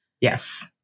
Yes